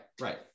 right